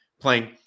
playing